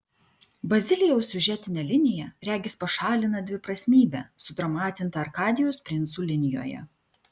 bazilijaus siužetinė linija regis pašalina dviprasmybę sudramatintą arkadijos princų linijoje